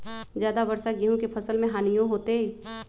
ज्यादा वर्षा गेंहू के फसल मे हानियों होतेई?